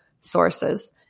sources